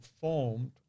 formed